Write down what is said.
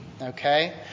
okay